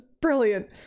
brilliant